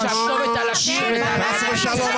ותגיד לה שהכתובת על הקיר ו --- כן, ממש.